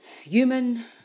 Human